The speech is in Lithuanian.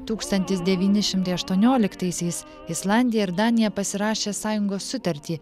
tūkstantis devyni šimtai aštuonioliktaisiais islandija ir danija pasirašė sąjungos sutartį